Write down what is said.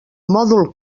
mòdul